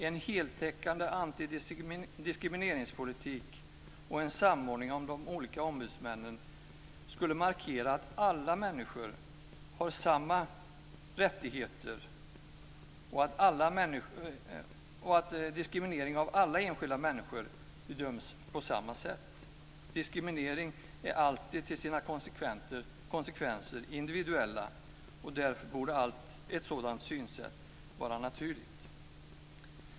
En heltäckande antidiskrimineringspolitik och en samordning av de olika ombudsmännen skulle markera att alla människor har samma rättigheter och att diskriminering av alla enskilda människor bedöms på samma sätt. Diskriminering är alltid till sina konsekvenser individuell. Därför borde ett sådant synsätt vara naturligt.